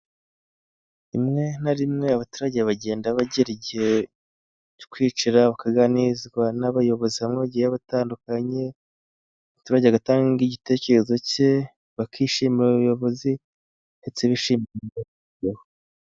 Rimwe na rimwe, abaturage bagenda bagira igihe cyo kwicara, bakaganizwa n'abayobozi bamwe bagiye batandukanye, umuturage atanga igitekerezo cye, bakishimira abayobozi, ndetse bishimiye n'ibyagezweho.